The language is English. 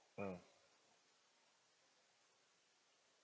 mm